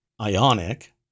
Ionic